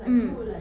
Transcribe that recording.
mm